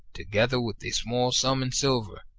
together with a small sum in silver,